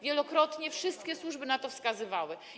Wielokrotnie wszystkie służby na to wskazywały.